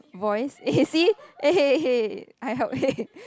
voice A_C I help